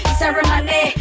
ceremony